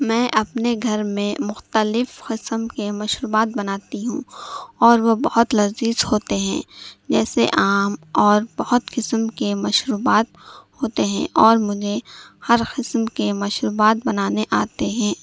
میں اپنے گھر میں مختلف قسم کی مشروبات بناتی ہوں اور وہ بہت لذیذ ہوتے ہیں جیسے آم اور بہت قسم کے مشروبات ہوتے ہیں اور مجھے ہر قسم کے مشروبات بنانے آتے ہیں